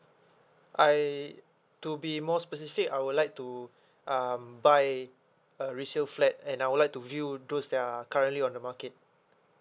I to be more specific I would like to um buy a resale flat and I would like to view those that are currently on the market